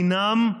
הינם,